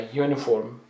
uniform